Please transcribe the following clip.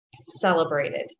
celebrated